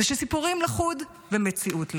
זה שסיפורים לחוד ומציאות לחוד.